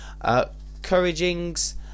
Couraging's